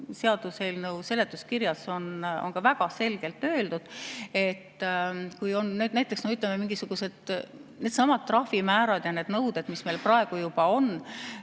seaduseelnõu seletuskirjas on väga selgelt öeldud. Kui on näiteks mingisugused needsamad trahvimäärad ja need nõuded, mis meil praegu juba on,